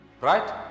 Right